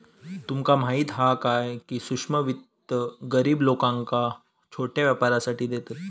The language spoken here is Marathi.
तुमका माहीत हा काय, की सूक्ष्म वित्त गरीब लोकांका छोट्या व्यापारासाठी देतत